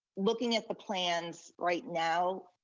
looking at the plans right now,